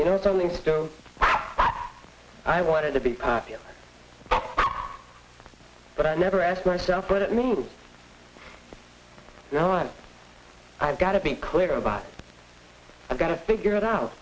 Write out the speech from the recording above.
you know something still i wanted to be popular but i never asked myself what it means now and i've got to be clear about i've got to figure it out